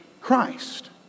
Christ